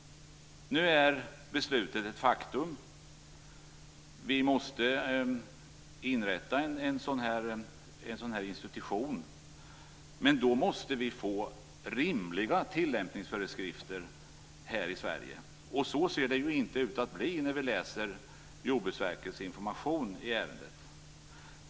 Nu är beslutet ett faktum. Vi måste inrätta en sådan institution. Men då måste vi få rimliga tillämpningsföreskrifter här i Sverige. Så ser det ju inte ut att bli när vi läser Jordbruksverkets information i ärendet.